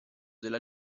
della